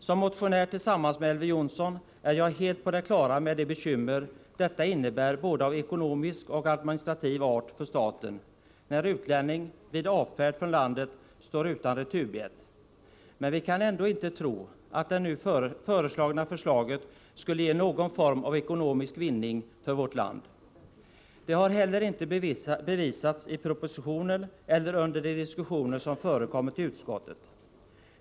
Som motionär, tillsammans med Elver Jonsson, är jag helt på det klara med de bekymmer det innebär för staten, både av ekonomisk och administrativ art, när en utlänning vid avfärd från landet står utan returbiljett. Men vi kan ändå inte tro att det nu föreliggande förslaget skulle ge någon form av ekonomisk vinning för vårt land. Det har heller inte bevisats i propositionen eller under de diskussioner som förekommit i utskottet.